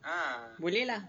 boleh lah